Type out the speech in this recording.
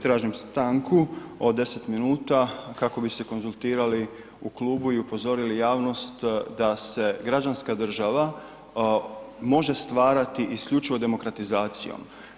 Tražim stanku od 10 minuta kako bi se konzultirali u klubu i upozorili javnost da se građanska država može stvarati isključivo demokratizacijom.